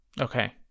Okay